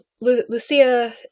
Lucia